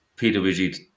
PWG